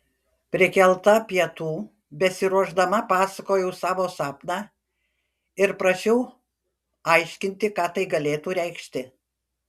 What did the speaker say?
prikelta pietų besiruošdama pasakojau savo sapną ir prašiau aiškinti ką tai galėtų reikšti